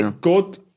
Good